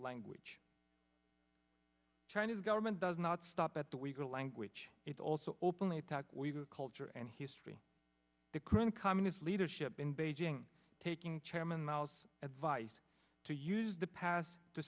language chinese government does not stop at the weaker language it also openly attack we've a culture and history the current communist leadership in beijing taking chairman miles at vice to use the past to